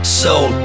soul